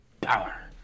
power